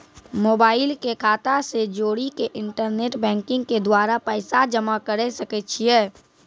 Mobile के खाता से जोड़ी के इंटरनेट बैंकिंग के द्वारा पैसा जमा करे सकय छियै?